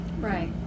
Right